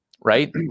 right